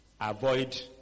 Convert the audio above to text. avoid